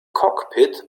cockpit